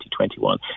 2021